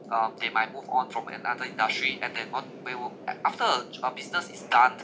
um they might move on from another industry and they won't they would after a a business is done